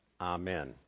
Amen